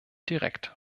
direkt